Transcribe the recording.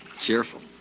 Cheerful